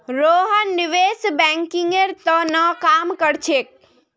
रोहन निवेश बैंकिंगेर त न काम कर छेक